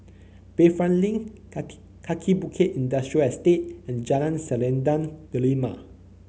Bayfront Link Kaki Bukit Industrial Estate and Jalan Selendang Delima